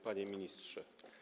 Panie Ministrze!